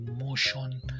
emotion